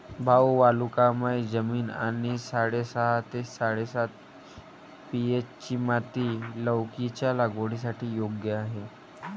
भाऊ वालुकामय जमीन आणि साडेसहा ते साडेसात पी.एच.ची माती लौकीच्या लागवडीसाठी योग्य आहे